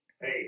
Hey